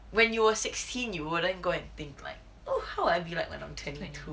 when you were sixteen you wouldn't go and think like oh how I be like when I'm twenty two